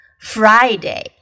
Friday